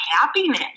happiness